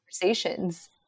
conversations